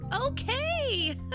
Okay